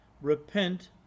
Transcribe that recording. repent